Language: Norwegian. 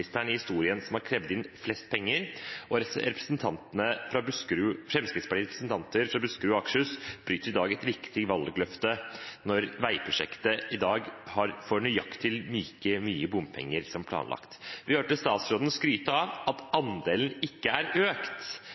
i historien som har krevd inn flest penger, og Fremskrittspartiets representanter fra Buskerud og Akershus bryter i dag et viktig valgløfte når veiprosjektet i dag får nøyaktig like mye bompenger som planlagt. Vi hørte statsråden skryte av at andelen av bompenger ikke er økt